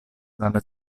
dalla